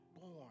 born